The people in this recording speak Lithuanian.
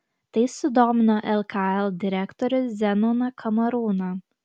tai sudomino lkl direktorių zenoną kamarūną